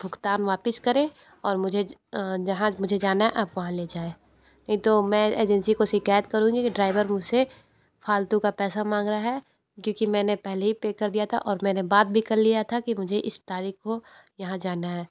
भुगतान वापस करें और मुझे जहाँ मुझे जाना है आप वहाँ ले जाए नहीं तो मैं एजेंसी को शिकायत करुँगी कि ड्राइवर मुझसे फालतू का पैसा मांग रहा है क्योंकि मैंने पहले ही पे कर दिया था और मैंने बात भी कर लिया था कि मुझे इस तारीख को यहाँ जाना है